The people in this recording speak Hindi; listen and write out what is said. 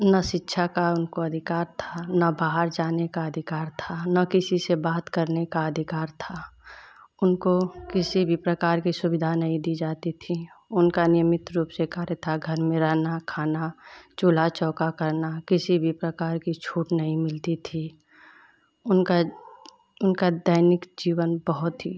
ना शिक्षा का उनको अधिकार था न बाहर जाने का अधिकार था न किसी से बात करने का अधिकार था उनको किसी भी प्रकार की सुविधा नहीं दी जाती थी उनका नियमित रूप से कार्य था घर में रहना खाना चूल्हा चौका करना किसी भी प्रकार की छूट नहीं मिलती थी उनका उनका दैनिक जीवन बहुत ही